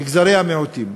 מגזרי המיעוטים.